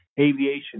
aviation